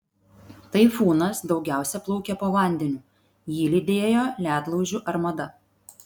taifūnas daugiausia plaukė po vandeniu jį lydėjo ledlaužių armada